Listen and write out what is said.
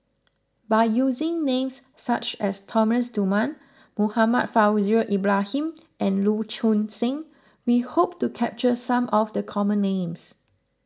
by using names such as Thomas Dunman Muhammad Far with your Ibrahim and Lu Choon Seng we hope to capture some of the common names